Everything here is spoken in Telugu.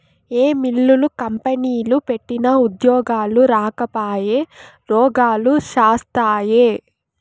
ఏ మిల్లులు, కంపెనీలు పెట్టినా ఉద్యోగాలు రాకపాయె, రోగాలు శాస్తాయే